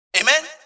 Amen